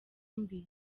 mbi